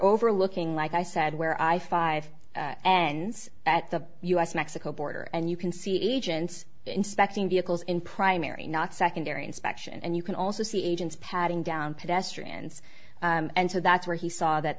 overlooking like i said where i five ends at the us mexico border and you can see agents inspecting vehicles in primary not secondary inspection and you can also see agents patting down pedestrians and so that's where he saw that